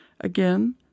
Again